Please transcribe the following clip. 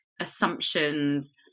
assumptions